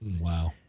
Wow